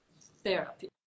therapy